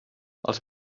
els